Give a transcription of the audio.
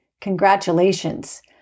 Congratulations